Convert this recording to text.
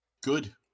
Good